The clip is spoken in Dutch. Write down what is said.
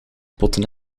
potten